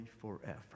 forever